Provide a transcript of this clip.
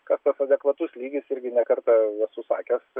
kas tas adekvatus lygis irgi ne kartą esu sakęs